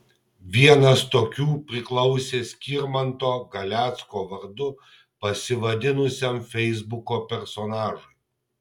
vienas tokių priklausė skirmanto galecko vardu pasivadinusiam feisbuko personažui